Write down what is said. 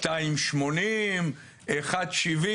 2.8, 1.7,